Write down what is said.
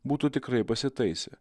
būtų tikrai pasitaisę